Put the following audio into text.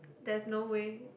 there's no way